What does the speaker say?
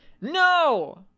No